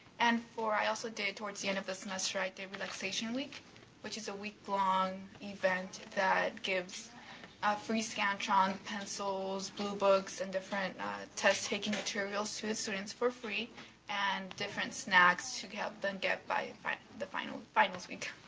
and for i also did towards the end of the semester, i did relaxation week which is a week long event that gives ah free so pencils, blue books and different test taking materials to the students for free and different snacks to help them get by the finals finals week.